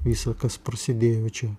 įsakas prasidėjo čia